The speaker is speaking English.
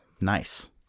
Nice